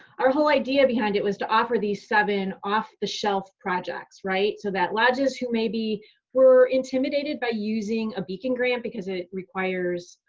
our whole idea behind it was to offer these seven off-the-shelf projects right, so that lodges who maybe were intimidated by using a beacon grant because it requires,